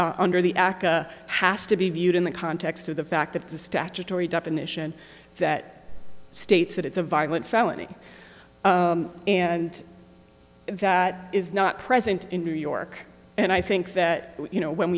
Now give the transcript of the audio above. under the aca has to be viewed in the context of the fact that it's a statutory definition that states that it's a violent felony and that is not present in new york and i think that you know when